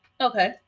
Okay